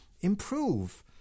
improve